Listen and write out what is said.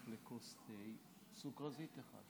כל ציוץ, תאמין לי, לא נגמר להם חומר.